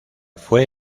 fue